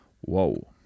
Whoa